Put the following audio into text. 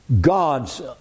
God's